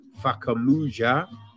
Fakamuja